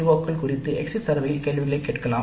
ஓக்கள் குறித்து எக்ஸிட் சர்வேயில் கேள்விகளைக் கேட்கலாம்